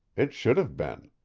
it shouldn't have been.